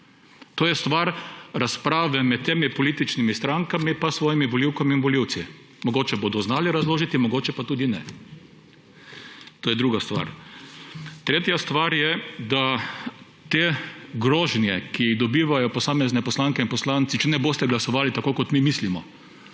To je stvar razprave med temi političnimi strankami pa svojimi volivkami in volivci. Mogoče jim bodo znali razložiti, mogoče pa tudi ne. To je druga stvar. Tretja stvar je, da te grožnje, ki jih dobivajo posamezne poslanke in poslanci, češ, če ne boste glasovali tako, kot mi mislimo,